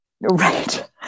Right